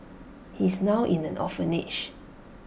he's now in an orphanage